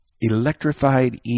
electrified